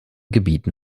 gebieten